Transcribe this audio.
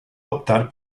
optar